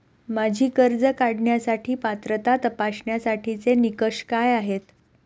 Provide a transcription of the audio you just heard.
माझी कर्ज काढण्यासाठी पात्रता तपासण्यासाठीचे निकष काय आहेत?